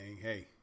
Hey